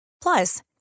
Plus